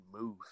move